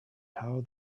how